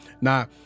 Now